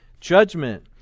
Judgment